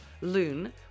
Loon